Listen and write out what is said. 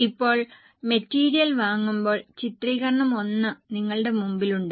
ഇപ്പോൾ മെറ്റീരിയൽ വാങ്ങുമ്പോൾ ചിത്രീകരണം 1 നിങ്ങളുടെ മുന്നിലുണ്ട്